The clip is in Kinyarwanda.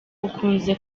ukunze